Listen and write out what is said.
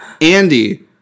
Andy